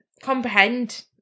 comprehend